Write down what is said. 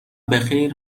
بخیر